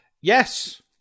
Yes